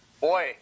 boy